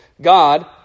God